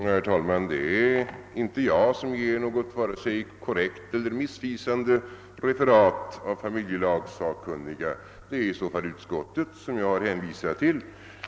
Herr talman! Det är inte jag som gör något vare sig korrekt eller missvisande referat av familjelagssakkunnigas uttalande. Det är i så fall utskottet som jag har hänvisat till.